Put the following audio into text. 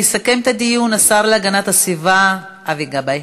יסכם את הדיון השר להגנת הסביבה אבי גבאי.